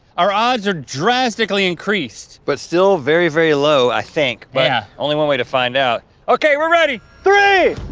our odds are drastically increased. but still very, very low, i think. yeah. but, yeah only one way to find out. okay, we're ready. three,